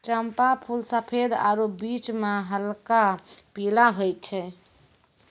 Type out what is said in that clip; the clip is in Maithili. चंपा फूल सफेद आरु बीच मह हल्क पीला होय छै